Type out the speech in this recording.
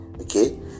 okay